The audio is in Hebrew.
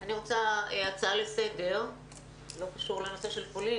אני רוצה להציע הצעה לסדר שלא קשורה לנושא של פולין.